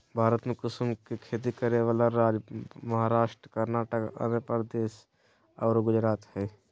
भारत में कुसुम के खेती करै वाला राज्य महाराष्ट्र, कर्नाटक, आँध्रप्रदेश आरो गुजरात हई